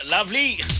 Lovely